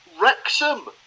Wrexham